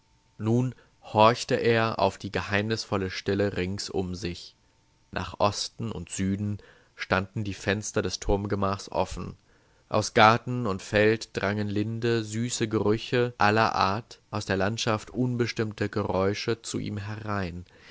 nun horchte er auf die geheimnisvolle stille rings um sich nach osten und süden standen die fenster des turmgemachs offen aus garten und feld drangen linde süße gerüche aller art aus der landschaft unbestimmte geräusche zu ihm herein